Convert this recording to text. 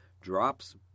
drops